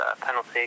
penalty